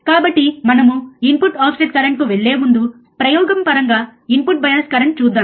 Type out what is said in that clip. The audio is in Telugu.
కాబట్టి మనము ఇన్పుట్ ఆఫ్సెట్ కరెంటు కు వెళ్ళే ముందు ప్రయోగం పరంగా ఇన్పుట్ బయాస్ కరెంట్ చూద్దాం